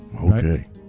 Okay